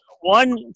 one